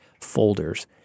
folders